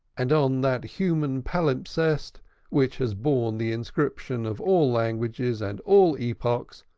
and on that human palimpsest which has borne the inscriptions of all languages and all epochs,